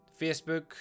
facebook